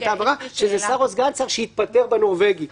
ממש לא.